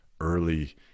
early